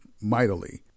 mightily